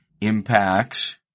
impacts